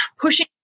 pushing